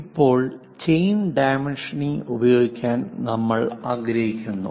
ഇപ്പോൾ chain dimensioning ഉപയോഗിക്കാൻ നമ്മൾ ആഗ്രഹിക്കുന്നു